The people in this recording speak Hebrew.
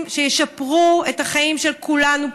שישפרו את החיים של כולנו פה.